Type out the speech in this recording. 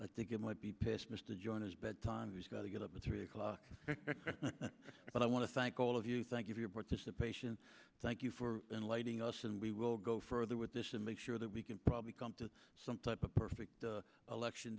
give might be pissed mr joiners bedtime he's got to get up at three o'clock but i want to thank all of you thank you for your participation thank you for enlightening us and we will go further with this to make sure that we can probably come to some type of perfect to election